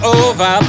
over